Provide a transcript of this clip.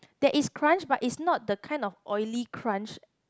there is crunch but is not the kind of oily crunch